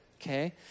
Okay